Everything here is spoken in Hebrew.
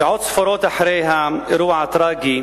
שעות ספורות אחרי האירוע הטרגי